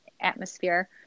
atmosphere